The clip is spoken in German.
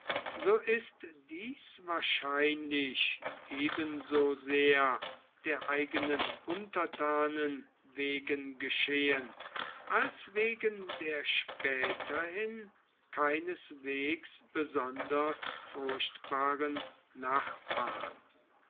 so ist dies wahrscheinlich ebenso sehr der eigenen untertanen wegen geschehen als wegen der späterhin keineswegs besonders furchtbaren nachbarn